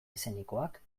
eszenikoak